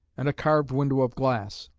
and a carved window of glass,